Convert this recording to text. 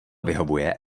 vyhovuje